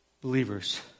Believers